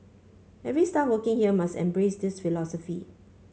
every staff working here must embrace this philosophy